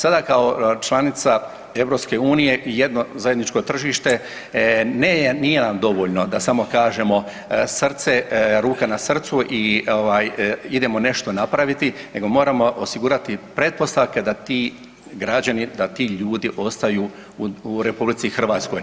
Sada kao članica EU jedno zajedničko tržište nije nam dovoljno da samo kažemo srce, ruka na srcu i idemo nešto napraviti, nego moramo osigurati pretpostavke da ti građani, da ti ljudi ostaju u RH.